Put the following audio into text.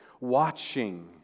watching